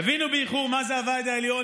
מהו הוועד העליון,